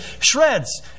shreds